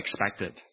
expected